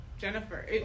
jennifer